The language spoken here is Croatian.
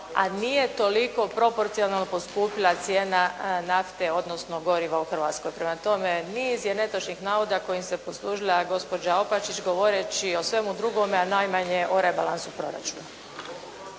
a nije toliko proporcionalno poskupjela cijena nafte odnosno goriva u Hrvatskoj. Prema tome, niz je netočnih navoda kojim se poslužila gospođa Opačić govoreći o svemu drugome a najmanje o rebalansu proračuna.